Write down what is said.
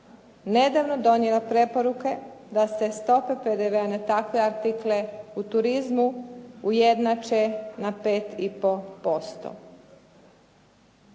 nedavno donijela preporuke da se stope PDV-a na takve artikle u turizmu ujednače na 5,5%.